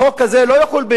החוק הזה לא יחול,